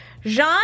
Jean